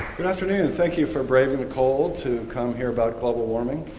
good afternoon, thank you for braving the cold to come here about global warming.